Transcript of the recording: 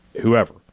whoever